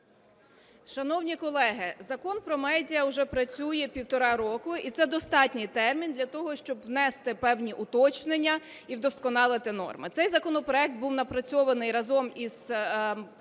Шановні колеги, Закон "Про медіа" уже працює півтора року, і це достатній термін для того, щоб внести певні уточнення і вдосконалити норми. Цей законопроект був напрацьований разом із